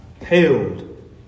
paled